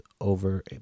over